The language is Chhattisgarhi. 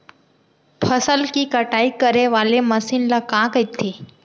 फसल की कटाई करे वाले मशीन ल का कइथे?